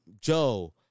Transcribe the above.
Joe